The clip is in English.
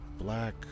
black